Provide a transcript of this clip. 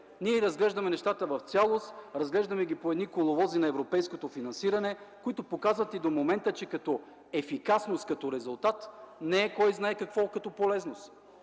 идея. Разглеждаме нещата в цялост, разглеждаме ги по едни коловози на европейското финансиране, които показват до момента, че като ефикасност, като резултат – не е кой знае какво като полезност.